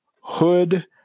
Hood